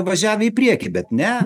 važiavę į priekį bet ne